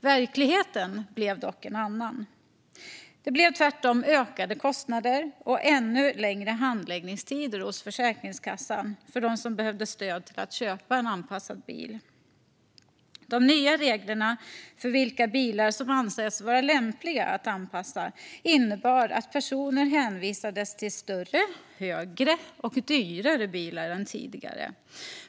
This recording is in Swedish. Verkligheten blev dock en annan. Det blev tvärtom ökade kostnader och ännu längre handläggningstider hos Försäkringskassan när det gällde dem som behövde stöd för att köpa en anpassad bil. De nya reglerna för vilka bilar som anses vara lämpliga att anpassa innebar att personer hänvisades till större, högre och dyrare bilar än tidigare.